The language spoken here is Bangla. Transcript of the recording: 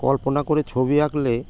কল্পনা করে ছবি আঁকলে